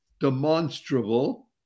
demonstrable